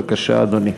בבקשה, אדוני.